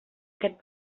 aquest